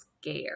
scared